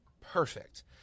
Perfect